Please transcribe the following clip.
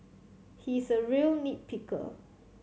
he is a real nit picker